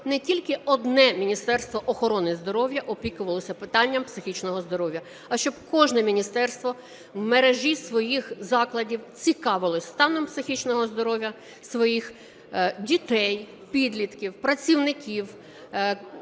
щоб не тільки одне Міністерство охорони здоров'я опікувалося питанням психічного здоров'я, а щоб кожне міністерство в мережі своїх закладів цікавилося станом психічного здоров'я своїх дітей, підлітків, працівників,